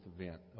event